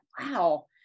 wow